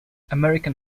american